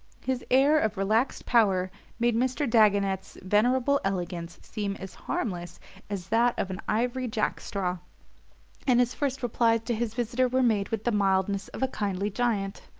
his air of relaxed power made mr. dagonet's venerable elegance seem as harmless as that of an ivory jack-straw and his first replies to his visitor were made with the mildness of a kindly giant.